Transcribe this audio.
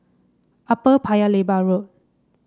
Upper Paya Lebar Road